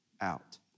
out